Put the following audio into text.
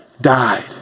Died